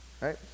Right